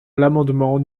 l’amendement